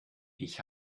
ich